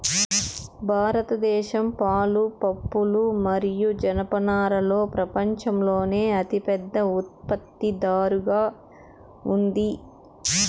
భారతదేశం పాలు, పప్పులు మరియు జనపనారలో ప్రపంచంలోనే అతిపెద్ద ఉత్పత్తిదారుగా ఉంది